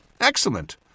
Excellent